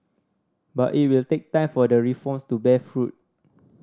but it will take time for the reforms to bear fruit